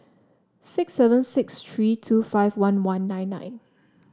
six seven six three two five one one nine nine